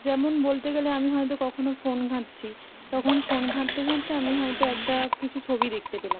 যেমন বলতে গেলে আমি হয়তো কখনো ফোন ঘাঁটছি তখন ফোন ঘাঁটতে ঘাঁটতে আমি হয়তো একটা কিছু ছবি দেখতে পেলাম